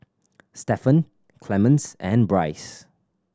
Stephen Clemens and Bryce